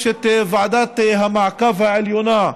יש את ועדת המעקב העליונה,